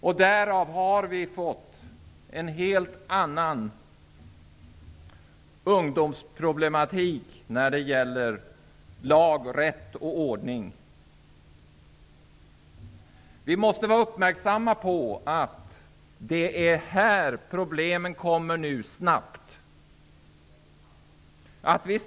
Därigenom har det blivit en helt annan ungdomsproblematik när det gäller lag, rätt och ordning. Vi måste vara uppmärksamma på att det är här som problemen nu snabbt kommer.